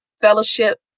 fellowship